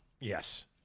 Yes